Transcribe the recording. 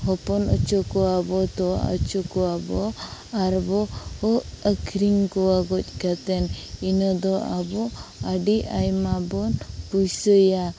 ᱦᱚᱯᱚᱱ ᱚᱪᱚ ᱠᱚᱣᱟᱵᱚ ᱛᱚᱣᱟ ᱚᱪᱚ ᱠᱚᱣᱟᱵᱚ ᱟᱨ ᱵᱚ ᱦᱚ ᱟᱹᱠᱷᱲᱨᱤᱧ ᱠᱚᱣᱟ ᱜᱚᱡ ᱠᱟᱛᱮᱫ ᱤᱱᱟᱹ ᱫᱚ ᱟᱵᱚ ᱟᱹᱰᱤ ᱟᱭᱢᱟ ᱵᱚᱱ ᱯᱩᱭᱥᱟᱹᱭᱟ